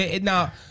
Now